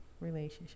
Relationship